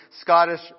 Scottish